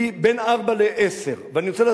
בין פי-ארבעה לפי-עשרה.